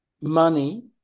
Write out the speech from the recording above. money